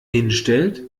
hinstellt